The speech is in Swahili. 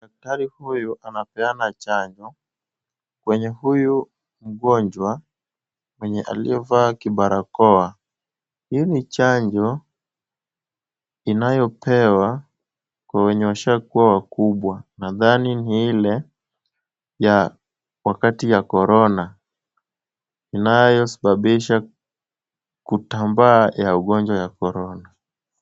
Daktari huyu anapeana chanjo kwenye huyu mgonjwa mwenye aliyevaa kibarakoa. Hii ni chanjo inayopewa kwa wenye walishakuwa wakubwa, nadhani ni ile ya wakati wa korona inayosababisha kutambaa ya ugonjwa ya korona.